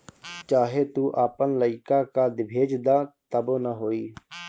चाहे तू आपन लइका कअ भेज दअ तबो ना होई